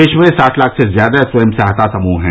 देश में साठ लाख से ज्यादा स्वयं सहायता समूह हैं